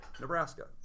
Nebraska